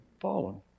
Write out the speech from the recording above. fallen